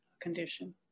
condition